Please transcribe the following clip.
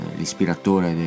l'ispiratore